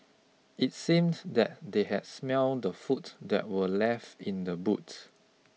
it seems that they had smelt the food that were left in the boot